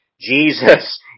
Jesus